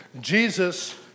Jesus